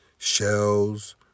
Shells